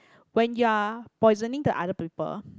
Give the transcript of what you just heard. when you're poisoning to other people